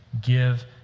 give